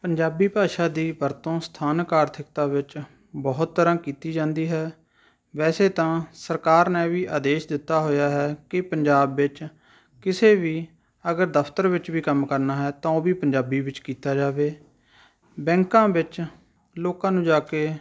ਪੰਜਾਬੀ ਭਾਸ਼ਾ ਦੀ ਵਰਤੋਂ ਸਥਾਨਕ ਆਰਥਿਕਤਾ ਵਿੱਚ ਬਹੁਤ ਤਰ੍ਹਾਂ ਕੀਤੀ ਜਾਂਦੀ ਹੈ ਵੈਸੇ ਤਾਂ ਸਰਕਾਰ ਨੇ ਵੀ ਆਦੇਸ਼ ਦਿੱਤਾ ਹੋਇਆ ਹੈ ਕਿ ਪੰਜਾਬ ਵਿੱਚ ਕਿਸੇ ਵੀ ਅਗਰ ਦਫਤਰ ਵਿੱਚ ਵੀ ਕੰਮ ਕਰਨਾ ਹੈ ਤਾਂ ਉਹ ਵੀ ਪੰਜਾਬੀ ਵਿੱਚ ਕੀਤਾ ਜਾਵੇ ਬੈਂਕਾਂ ਵਿੱਚ ਲੋਕਾਂ ਨੂੰ ਜਾ ਕੇ